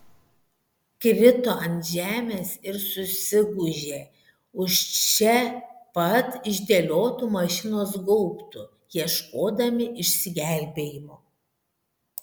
krito ant žemės ir susigūžė už čia pat išdėliotų mašinos gaubtų ieškodami išsigelbėjimo